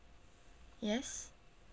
yes